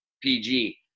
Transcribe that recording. PG